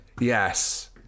yes